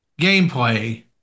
gameplay